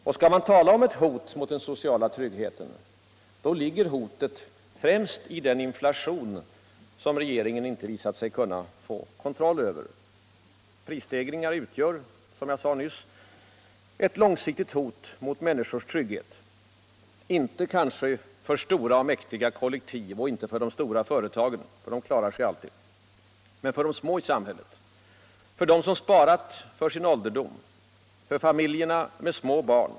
Och skall man tala om ett hot mot den sociala tryggheten, då ligger det främst i den inflation som regeringen visat sig inte kunna få kontroll över. Prisstegringar utgör, som jag sade nyss, ett långsiktigt hot mot människors trygghet. Inte mot stora och mäktiga kollektiv. Inte för de stora företagen. De klarar sig alltid. Men för de små i samhället. För dem som sparat för sin ålderdom. För familjerna med små barn.